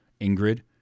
Ingrid